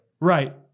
Right